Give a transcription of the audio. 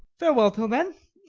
farewell till then.